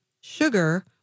Sugar